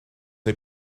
neu